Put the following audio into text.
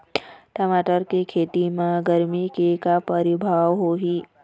टमाटर के खेती म गरमी के का परभाव होही?